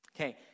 okay